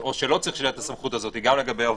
או שלא צריך שתהיה לה הסמכות הזאת גם לגבי העובדים,